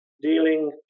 dealing